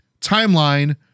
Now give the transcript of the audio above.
timeline